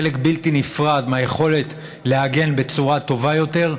חלק בלתי נפרד מהיכולת להגן בצורה טובה יותר,